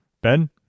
Ben